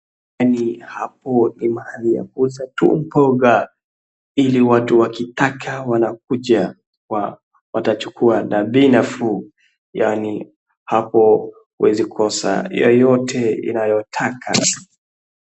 Yani hapo ni mahali ya kuuza tu mboga ili watu wakitaka wanakuja. Watachukua na bei nafuu yani hapo hauwezi kukosa yoyote inayotaka.